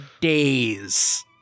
days